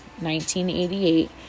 1988